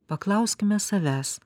paklauskime savęs